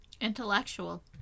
Intellectual